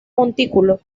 montículo